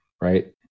right